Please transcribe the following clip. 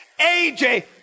AJ